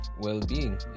well-being